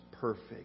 perfect